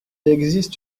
existe